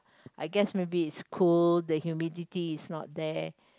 I guess maybe it's cold the humidity is not there